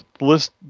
list